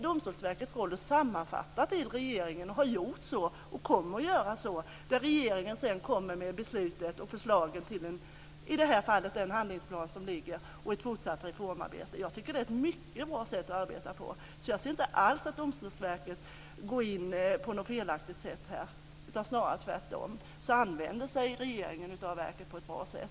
Domstolsverket får sammanfatta till regeringen, har gjort så och kommer att göra så. Sedan kommer regeringen med beslutet och förslaget till, som i det här fallet, en handlingsplan och ett fortsatt reformarbete. Jag tycker att det är ett mycket bra sätt att arbeta på. Jag tycker inte alls att Domstolsverket går in på något felaktigt sätt, snarare tvärtom använder sig regeringen av verket på ett bra sätt.